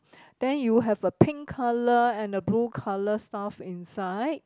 then you have a pink colour and a blue colour stuff inside